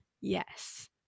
yes